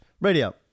Radio